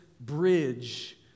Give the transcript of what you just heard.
bridge